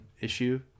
issue